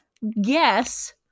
yes